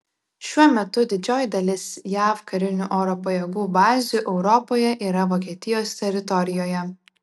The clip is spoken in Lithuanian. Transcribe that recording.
šiuo metu didžioji dalis jav karinių oro pajėgų bazių europoje yra vokietijos teritorijoje